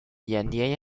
眼蝶